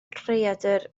rhaeadr